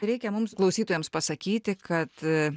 reikia mums klausytojams pasakyti kad